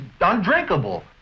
undrinkable